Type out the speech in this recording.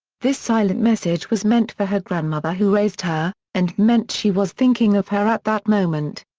this silent message was meant for her grandmother who raised her, and meant she was thinking of her at that moment.